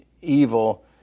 evil